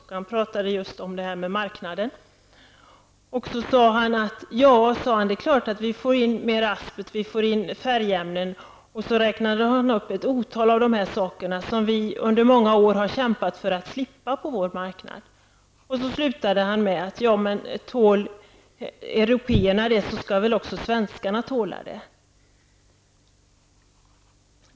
Han talade just om EG-marknaden. Han sade så här: Det är klart att vi får in mer asbest och fler färgämnen. Så räknade han upp ett otal av sådana saker som vi under många år har kämpat för att slippa på vår marknad. Han slutade med att säga: Tål européerna dessa, skall väl också svenskarna tåla dem.